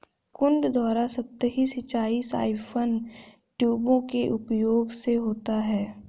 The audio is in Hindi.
कुंड द्वारा सतही सिंचाई साइफन ट्यूबों के उपयोग से होता है